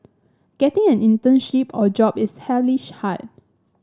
getting an internship or job is hellishly hard